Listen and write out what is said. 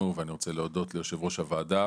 ואני רוצה להודות ליושב ראש הוועדה